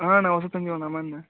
ಆಂ ಅಣ್ಣ ಹೊಸಾದು ತಂದಿವಿ ಅಣ್ಣ ಮೊನ್ನೆ